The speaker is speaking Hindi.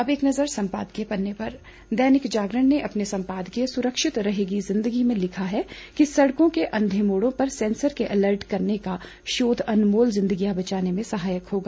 अब एक नज़र सम्पादकीय पन्ने पर दैनिक जागरण ने अपने संपादकीय सुरक्षित रहेगी जिंदगी में लिखा है कि सड़कों के अंधे मोड़ों पर सेंसर के अलर्ट करने का शोध अनमोल जिंदगियां बचाने में सहायक होगा